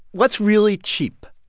what's really cheap?